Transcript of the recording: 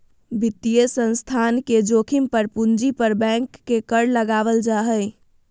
वित्तीय संस्थान के जोखिम पर पूंजी पर बैंक के कर लगावल जा हय